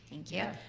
thank you.